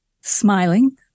smiling